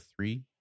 three